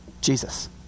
Jesus